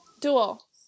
Dual